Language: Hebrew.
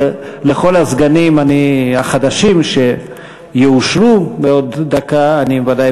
ולכל הסגנים החדשים שיאושרו בעוד דקה אני בוודאי